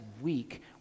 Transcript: week